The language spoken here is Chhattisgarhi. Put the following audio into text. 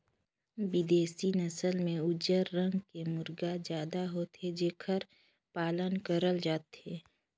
बिदेसी नसल में उजर रंग के मुरगा जादा होथे जेखर पालन करल जाथे